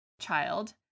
child